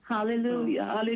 Hallelujah